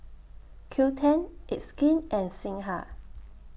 Qoo ten It's Skin and Singha